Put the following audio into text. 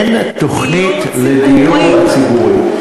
אין תוכנית לדיור ציבורי.